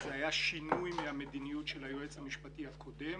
זה היה שינוי מהמדיניות של היועץ המשפטי הקודם.